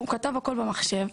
הוא כתב הכול במחשב,